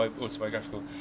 autobiographical